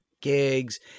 gigs